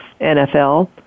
NFL